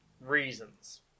Reasons